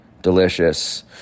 delicious